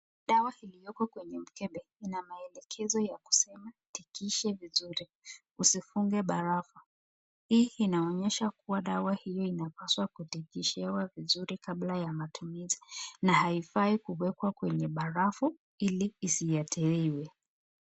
Dawa iliyoko kwenye mkebe, ina maelekezo ya kusema, utingishe vizuri, usifungwe barafu, hii inaonyesha kuwa , sawa hii inafaa kutingishwa vizuri kabla ya matumizi, na haifai kuwekwa kwenye barafu, ili isiadhiriwe.